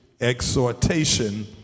exhortation